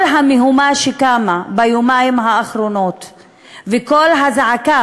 כל המהומה שקמה ביומיים האחרונים וקול הזעקה